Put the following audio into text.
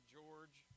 George